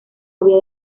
había